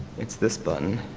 it's this button.